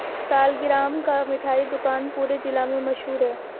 सालिगराम का मिठाई दुकान पूरे जिला में मशहूर है